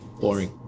Boring